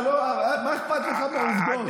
מה אכפת לך מהעובדות?